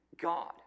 God